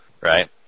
Right